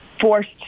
forced